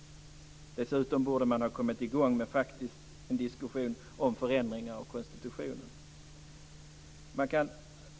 Dessutom borde man ha kommit i gång med en diskussion om förändringar av konstitutionen.